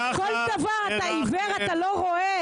לגבי כל דבר אתה עיוור, אתה לא רואה?